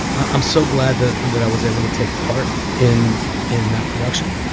i'm so glad that that i was able to take part in in that production,